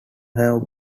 have